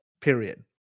period